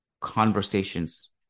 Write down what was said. conversations